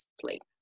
sleep